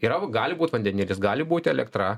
yra gali būt vandenilis gali būti elektra